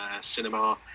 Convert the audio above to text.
cinema